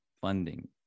funding